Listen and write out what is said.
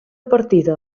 partida